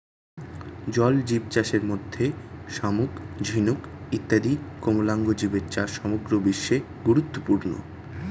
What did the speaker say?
জলজীবচাষের মধ্যে শামুক, ঝিনুক ইত্যাদি কোমলাঙ্গ জীবের চাষ সমগ্র বিশ্বে গুরুত্বপূর্ণ